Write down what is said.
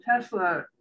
tesla